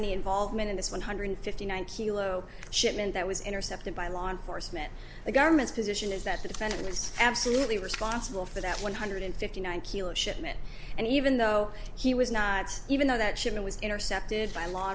any involvement in this one hundred and fifty nine hilo shipment that was intercepted by law enforcement the government's position is that the defendant was absolutely responsible for that one one hundred and fifty nine dollars kilos shipment and even though he was not even though that shipment was intercepted by law